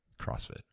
CrossFit